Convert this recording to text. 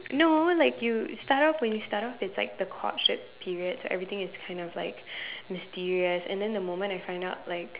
no like you start off when you start off it's like the courtship period so everything is kind of like mysterious and then the moment I find out like